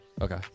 Okay